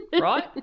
right